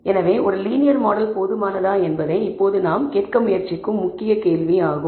எனவே ஒரு linear model போதுமானதா என்பதை இப்போது நாம் கேட்க முயற்சிக்கும் முக்கிய கேள்வி ஆகும்